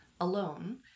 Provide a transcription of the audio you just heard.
alone